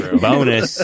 bonus